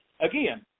again